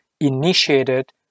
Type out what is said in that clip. initiated